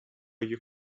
your